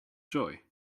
joy